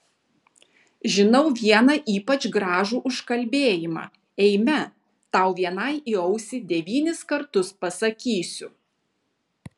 žinau vieną ypač gražų užkalbėjimą eime tau vienai į ausį devynis kartus pasakysiu